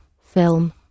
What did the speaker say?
film